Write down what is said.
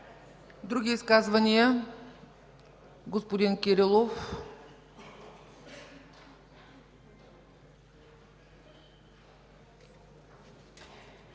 Други изказвания? Господин Кирилов.